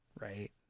Right